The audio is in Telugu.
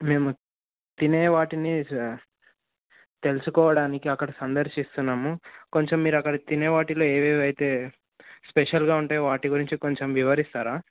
మేము తినే వాటిని తెలుసుకోవడానికి అక్కడ సందర్శిస్తున్నాము కొంచెం మీరు అక్కడ తినేవాటిలో ఏవేవైతే స్పెషల్గా ఉంటే వాటి గురించి కొంచెం వివరిస్తారా